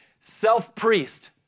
self-priest